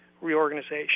reorganization